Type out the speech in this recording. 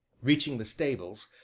reaching the stables,